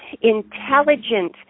intelligent